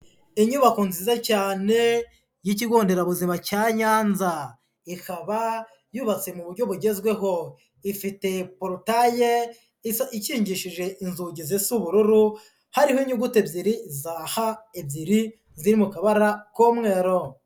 Inyubako nziza cyane y'ikigo nderabuzima cya Nyanza, ikaba yubatse mu buryo bugezweho, ifite porotaye ikingishije inzugi zisa ubururu harimo inyuguti ebyiri za h ebyiri ziri mu kabara k'umweru.